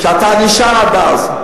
שאתה נשאר עד אז.